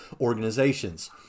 organizations